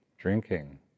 Drinking